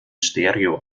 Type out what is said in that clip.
stereo